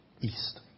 east